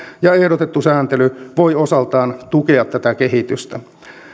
ja ehdotettu sääntely voi osaltaan tukea tätä kehitystä